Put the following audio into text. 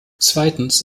zweitens